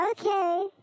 Okay